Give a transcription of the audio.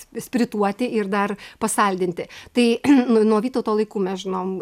spirituoti ir dar pasaldinti tai nuo vytauto laikų mes žinom